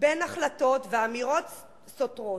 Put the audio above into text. בין החלטות ואמירות סותרות.